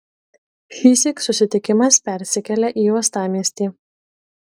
šįsyk susitikimas persikelia į uostamiestį